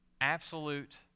absolute